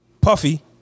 Puffy